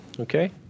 Okay